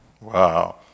Wow